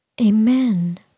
Amen